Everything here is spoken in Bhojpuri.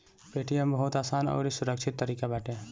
पेटीएम बहुते आसान अउरी सुरक्षित तरीका बाटे